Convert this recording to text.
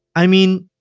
i mean,